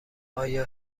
آیا